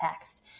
text